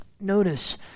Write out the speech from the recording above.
Notice